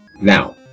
now